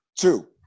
two